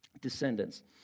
descendants